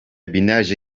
binlerce